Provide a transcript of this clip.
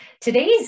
Today's